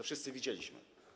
Wszyscy to widzieliśmy.